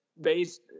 based